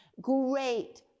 great